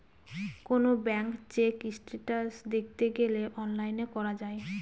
কোনো bank check status দেখতে গেলে অনলাইনে করা যায়